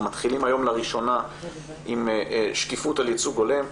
אנחנו מתחילים היום לראשונה עם שקיפות על ייצוג הולם,